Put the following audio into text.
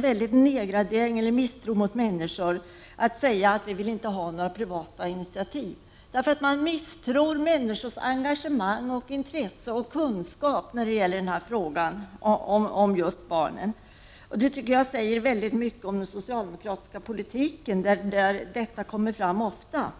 Det visar på en misstro mot människor när man säger att man inte vill ha privata initiativ. Man misstror människors engagemang, intresse och kunskaper. Det säger mycket om den socialdemokratiska politiken, för detta kommer ofta fram.